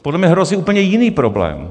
Podle mě hrozí úplně jiný problém.